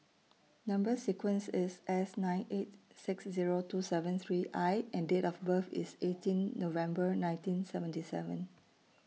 Number sequence IS S nine eight six Zero two seven three I and Date of birth IS eighteen November nineteen seventy seven